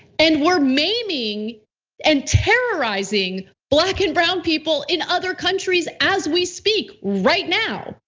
and we're maiming and terrorizing black and brown people in other countries as we speak right now.